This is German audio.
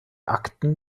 akten